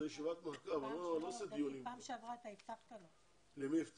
יובל